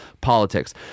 politics